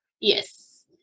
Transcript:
Yes